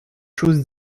chose